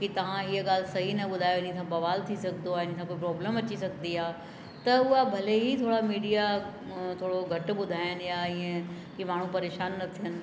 की तव्हां हीअं ॻाल्हि सही न ॿुधाए हुन सां बवाल थी सघंदो आहे हिन सां कोई प्रॉब्लम अची सघंदी आहे त उहा भले ई थोरा मीडिया मो थोरो घटि ॿुधाइनि या ईअं की माण्हू परेशान न थियनि